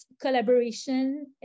collaboration